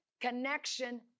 connection